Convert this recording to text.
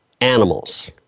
animals